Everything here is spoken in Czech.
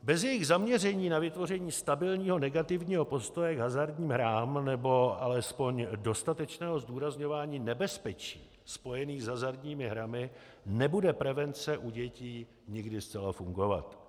Bez jejich zaměření na vytvoření stabilního negativního postoje k hazardním hrám nebo alespoň dostatečného zdůrazňování nebezpečí spojených s hazardními hrami nebude prevence u dětí nikdy zcela fungovat.